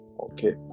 Okay